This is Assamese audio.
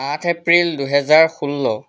আঠ এপ্ৰিল দুহেজাৰ ষোল্ল